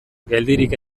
geldirik